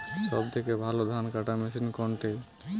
সবথেকে ভালো ধানকাটা মেশিন কোনটি?